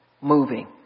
moving